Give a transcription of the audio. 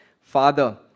father